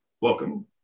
Welcome